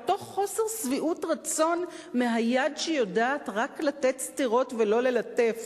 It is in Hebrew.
אותו חוסר שביעות רצון מהיד שיודעת רק לתת סטירות ולא ללטף,